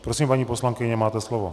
Prosím, paní poslankyně, máte slovo.